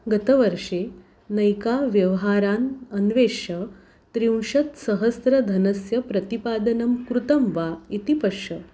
गतवर्षे अनैकान् व्यव्हारान् अन्वेष्य त्रिंशत्सहस्रधनस्य प्रतिपादनं कृतं वा इति पश्य